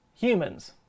Humans